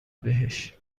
بهش